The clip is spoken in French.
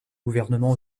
gouvernement